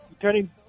Turning